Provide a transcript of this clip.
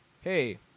hey